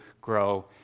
grow